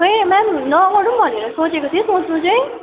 खोइ मेम नगरौँ भनेर सोचेको थिएँ सोच्नु चाहिँ